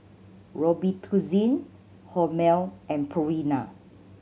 Robitussin Hormel and Purina